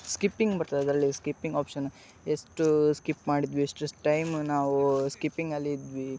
skipping ಬರ್ತದೆ ಅದರಲ್ಲಿ skipping option ಎಷ್ಟು ಸ್ಕಿಪ್ ಮಾಡಿದ್ವಿ ಎಷ್ಟು ಟೈಮ್ ನಾವು ಸ್ಕಿಪ್ಪಿಂಗಲ್ಲಿದ್ವಿ